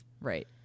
right